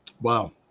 Wow